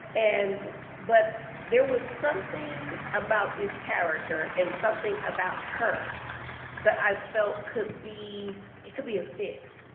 and but there was something about this character and something about her that i felt could be it could be a fit.